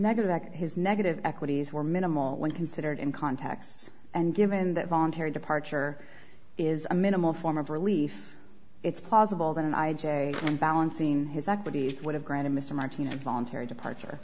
negative act his negative equities were minimal when considered in context and given that voluntary departure is a minimal form of relief it's plausible that an i j balancing his equities would have granted mr martinez voluntary departure